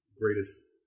greatest